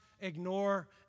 ignore